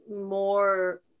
more